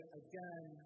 again